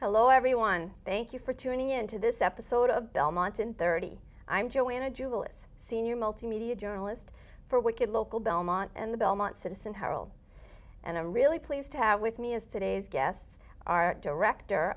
hello everyone thank you for tuning in to this episode of belmont in thirty i'm joanna jewel is senior multimedia journalist for wicked local belmont and the belmont citizen howell and i'm really pleased to have with me as today's guests art director